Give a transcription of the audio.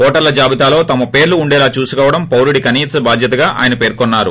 ఓటర్ల జాబితాలో తమ పేర్లు ఉండేలా చూసుకోవడం పారుడి కనీస భాధ్యతగా ఆయన పేర్కొన్సారు